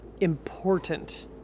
important